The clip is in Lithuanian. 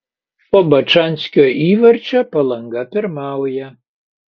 po bačanskio įvarčio palanga pirmauja